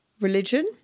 religion